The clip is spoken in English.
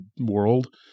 world